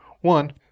One